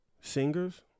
Singers